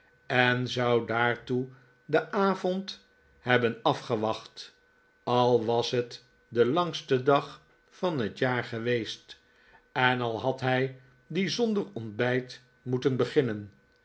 en zou daartoe den avond hebben afgewacht al was het de langste dag van het jaar geweest en al had hij dien zonder ontbijt moeten beginnen